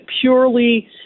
purely